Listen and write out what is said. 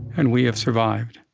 and we have survived.